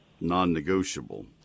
non-negotiable